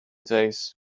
days